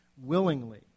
willingly